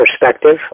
perspective